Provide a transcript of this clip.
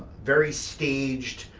very staged,